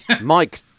Mike